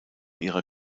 ihrer